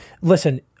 listen